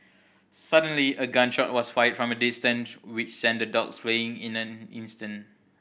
suddenly a gun shot was fired from a distance which sent the dogs fleeing in an instant